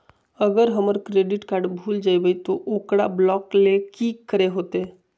अगर हमर credit card भूल जइबे तो ओकरा ब्लॉक लें कि करे होते?